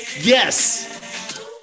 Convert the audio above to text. Yes